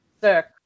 sick